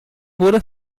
wurde